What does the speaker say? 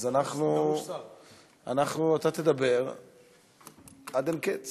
אז אתה תדבר עד אין קץ